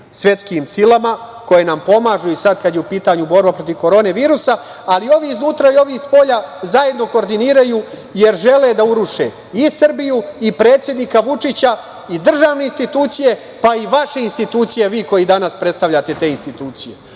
svetskim silama koje nam pomažu i sad kad je u pitanju borba protiv korona virusa, ali i ovi iznutra i ovi iz spolja zajedno koordiniraju, jer žele da uruše i Srbiju i predsednika Vučića i državne institucije, pa i vaše institucije, vi koji danas predstavljate te institucije,